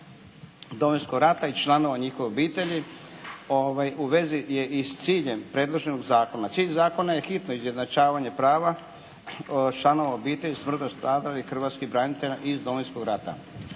Domovinskog rata i članova njihovih obitelji u vezi je i s ciljem predloženog zakona. Cilj zakona je hitno izjednačavanje prava članova obitelji smrtno stradalih hrvatskih branitelja iz Domovinskog rata.